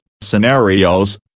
scenarios